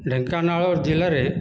ଢେଙ୍କାନାଳ ଜିଲ୍ଲାରେ